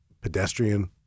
Pedestrian